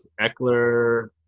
eckler